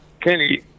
Kenny